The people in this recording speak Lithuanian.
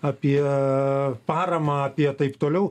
apie paramą apie taip toliau